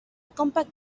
compact